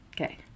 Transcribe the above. Okay